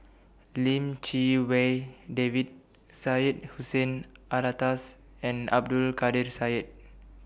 Lim Chee Wai David Syed Hussein Alatas and Abdul Kadir Syed